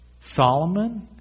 Solomon